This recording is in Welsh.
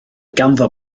ganddo